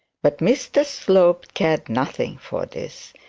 but mr slope cared nothing for this.